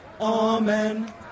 Amen